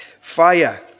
Fire